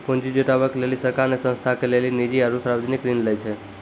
पुन्जी जुटावे के लेली सरकार ने संस्था के लेली निजी आरू सर्वजनिक ऋण लै छै